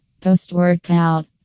Post-workout